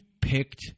picked